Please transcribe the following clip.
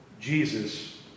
Jesus